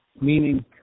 meaning